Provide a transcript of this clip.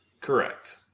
Correct